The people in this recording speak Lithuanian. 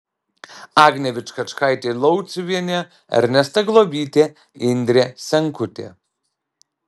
agnė vičkačkaitė lauciuvienė ernesta globytė indrė senkutė